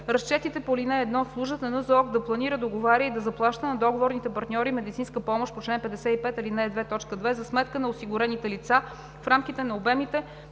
Разчетите по ал. 1 служат на НЗОК да планира, договаря и да заплаща на договорните партньори медицинска помощ по чл. 55, ал. 2, т. 2 за сметка на осигурените лица в рамките на обемите,